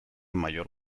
mayor